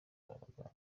ababagana